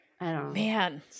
Man